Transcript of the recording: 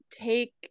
Take